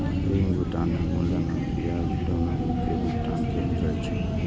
ऋण भुगतान में मूलधन आ ब्याज, दुनू के भुगतान कैल जाइ छै